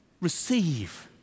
receive